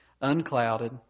unclouded